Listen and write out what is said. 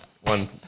one